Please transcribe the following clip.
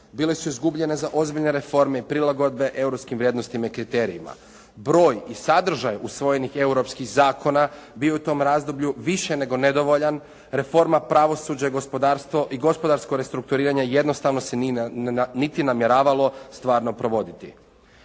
bile su izgubljene za ozbiljne reforme i prilagodbe europskim vrijednostima i kriterijima. Broj i sadržaj usvojenih europskih zakona bio je u tom razdoblju više nego nedovoljan, reforma pravosuđa i gospodarstvo i gospodarsko restrukturiranje jednostavno se nije niti namjeravalo stvarno provoditi.